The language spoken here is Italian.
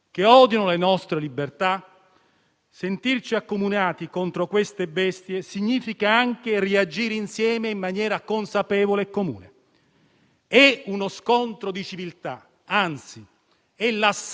È uno scontro di civiltà, anzi è l'assalto alla civiltà di chi non ha civiltà. Noi dobbiamo essere consapevoli di questo: è l'assalto alla civiltà cristiana,